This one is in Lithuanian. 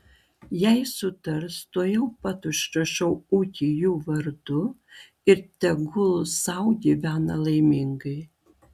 jei sutars tuojau pat užrašau ūkį jų vardu ir tegul sau gyvena laimingai